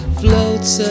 floats